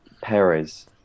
Perez